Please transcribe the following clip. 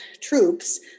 troops